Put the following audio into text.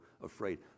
afraid